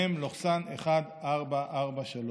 מ/1443.